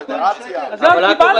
עזוב.